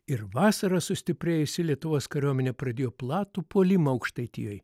ir vasarą sustiprėjusi lietuvos kariuomenė pradėjo platų puolimą aukštaitijoj